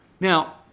Now